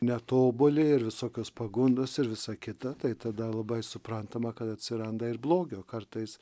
netobuli ir visokios pagundos ir visa kita tai tada labai suprantama kad atsiranda ir blogio kartais